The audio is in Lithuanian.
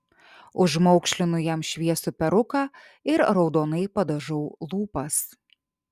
užmaukšlinu jam šviesų peruką ir raudonai padažau lūpas